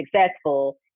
successful